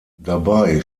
dabei